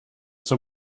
zur